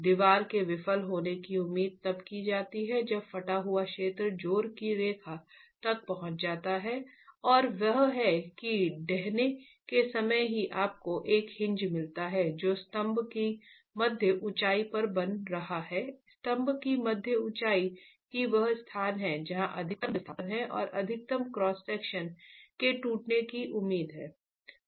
दीवार के विफल होने की उम्मीद तब की जाती है जब फटा हुआ क्षेत्र जोर की रेखा तक पहुंच जाता है और वह है कि ढहने के समय ही आपको एक हिन्ज मिलता है जो स्तंभ की मध्य ऊंचाई पर बन रहा है स्तंभ की मध्य ऊंचाई ही वह स्थान है जहां अधिकतम विस्थापन है और अधिकतम क्रॉस सेक्शन के टूटने की उम्मीद है